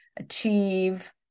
Achieve